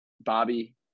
Bobby